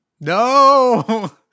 No